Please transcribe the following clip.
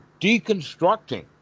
deconstructing